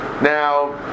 Now